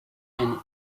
and